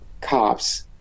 cops